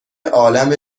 عالم